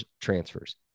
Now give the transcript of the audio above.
transfers